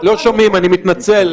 לבצע עבודה מאוד רצינית,